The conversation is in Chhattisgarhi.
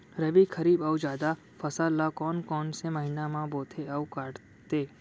रबि, खरीफ अऊ जादा फसल ल कोन कोन से महीना म बोथे अऊ काटते?